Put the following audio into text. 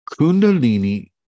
Kundalini